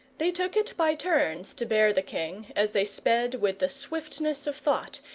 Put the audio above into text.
they took it by turns to bear the king, as they sped with the swiftness of thought,